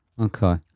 Okay